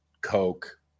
coke